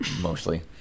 Mostly